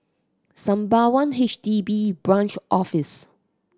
Sembawang H D B Branch Office